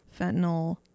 fentanyl